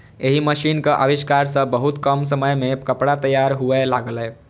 एहि मशीनक आविष्कार सं बहुत कम समय मे कपड़ा तैयार हुअय लागलै